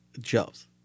jobs